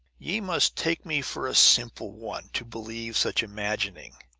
ye must take me for a simple one, to believe such imagining.